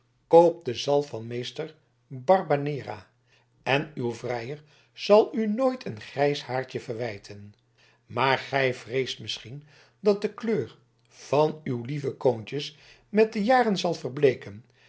koop de zalf van meester barbanera en uw vrijer zal u nooit een grijs haartje verwijten maar gij vreest misschien dat de kleur van uw lieve koontjes met de jaren zal verbleeken